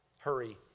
hurry